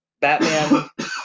Batman